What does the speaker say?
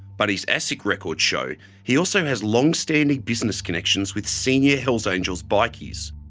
but his asic records show he also has long-standing business connections with senior hells angels bikies.